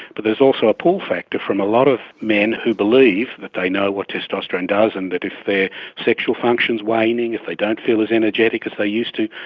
but there's also a pull factor from a lot of men who believe that they know what testosterone does and that if their sexual function is waning, if they don't feel as energetic as they used to,